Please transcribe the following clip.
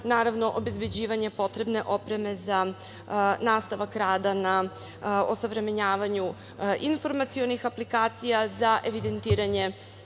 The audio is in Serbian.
kao i obezbeđivanje potrebne opreme za nastavak rada na osavremenjavanju informacionih aplikacija za evidentiranje